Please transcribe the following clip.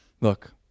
Look